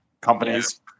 companies